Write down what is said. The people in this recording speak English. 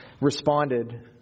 responded